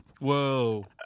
Whoa